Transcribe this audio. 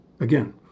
Again